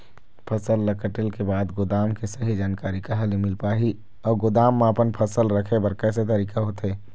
फसल ला कटेल के बाद गोदाम के सही जानकारी कहा ले मील पाही अउ गोदाम मा अपन फसल रखे बर कैसे तरीका होथे?